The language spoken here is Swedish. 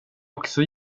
också